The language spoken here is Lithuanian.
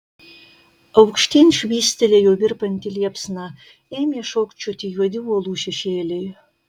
aukštyn švystelėjo virpanti liepsna ėmė šokčioti juodi uolų šešėliai